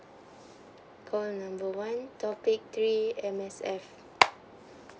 call number one topic three M_S_F